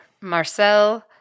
Marcel